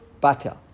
Butter